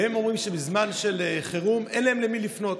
והם אומרים שבזמן חירום אין להם למי לפנות.